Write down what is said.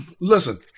Listen